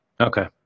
Okay